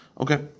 Okay